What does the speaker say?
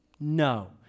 No